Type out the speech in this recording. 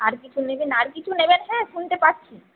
আর কিছু নেবেন আর কিছু নেবেন হ্যাঁ শুনতে পাচ্ছি